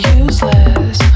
useless